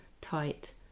tight